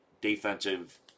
defensive